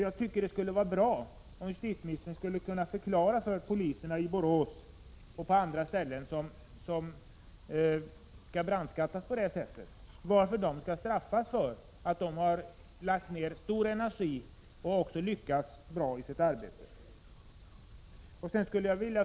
Jag tycker det skulle vara bra om justitieministern kunde förklara för poliserna i Borås och på andra orter som skall brandskattas på det här sättet varför de skall straffas för att de har lagt ner stor energi på sitt arbete och även lyckats bra.